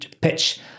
pitch